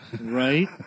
Right